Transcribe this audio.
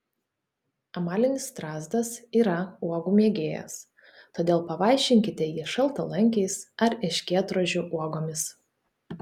amalinis strazdas yra uogų mėgėjas todėl pavaišinkite jį šaltalankiais ar erškėtrožių uogomis